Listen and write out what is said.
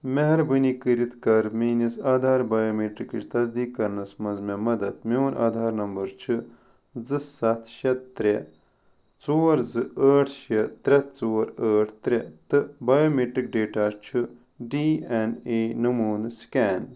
مہربٲنی کٔرتھ کر میٛٲنس آدھار بایومیٹرکٕچ تصدیٖق کرنَس منٛز مےٚ مدد میٛون آدھار نمبر چھُ زٕ ستھ شےٚ ترٛےٚ ژور زِ ٲٹھ شےٚ ترٛےٚ ژور ٲٹھ ترٛےٚ تہٕ بایومیٹرک ڈیٹا چھُ ڈی ایٚن اے نمونہٕ سٕکین